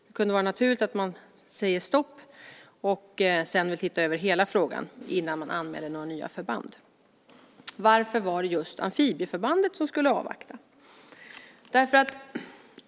Det kan vara naturligt att man säger stopp och sedan vill se över hela frågan innan man anmäler några nya förband. Varför var det just amfibieförbandet som skulle avvakta?